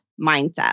mindset